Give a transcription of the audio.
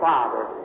Father